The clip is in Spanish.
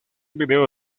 video